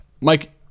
Mike